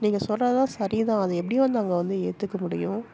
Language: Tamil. நீங்கள் சொல்கிறதுலாம் சரி தான் அதை எப்படி வந்து நாங்கள் வந்து ஏற்றுக்க முடியும்